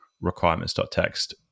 requirements.txt